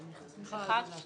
לסעיף 1 לא נתקבלה.